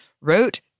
wrote